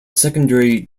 secondary